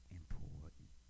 important